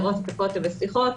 לראות את הכותל בסליחות,